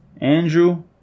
Andrew